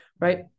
Right